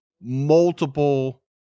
multiple